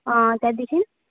अँ त्यहाँदेखि